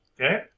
Okay